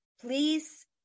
please